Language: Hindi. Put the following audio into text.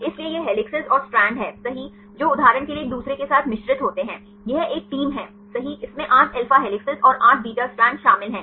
इसलिए यह हेलिसेस और स्ट्रैंड हैं सही जो उदाहरण के लिए एक दूसरे के साथ मिश्रित होते हैं यह एक टीम है सही इसमें 8 अल्फा हेलिसेस और 8 बीटा स्ट्रैंड शामिल हैं